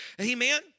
Amen